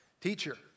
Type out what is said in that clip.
teacher